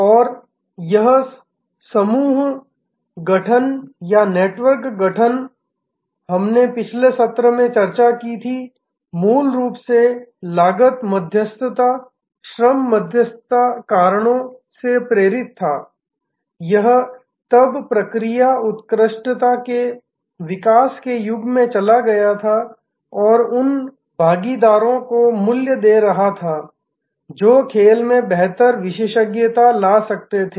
और यह समूह गठन या नेटवर्क गठन हमने पिछले सत्र में चर्चा की थी मूल रूप से लागत मध्यस्थता श्रम मध्यस्थता कारणों से प्रेरित था यह तब प्रक्रिया उत्कृष्टता के विकास के युग में चला गया और उन भागीदारों को मूल्य दे रहा था जो खेल में बेहतर विशेषज्ञता ला सकते थे